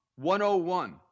101